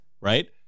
right